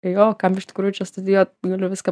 jo kam iš tikrųjų čia studijuot galiu viską